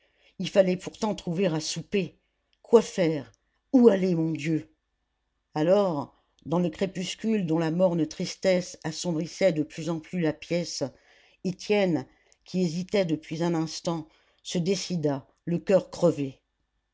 il fallait pourtant trouver à souper quoi faire où aller mon dieu alors dans le crépuscule dont la morne tristesse assombrissait de plus en plus la pièce étienne qui hésitait depuis un instant se décida le coeur crevé